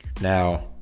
Now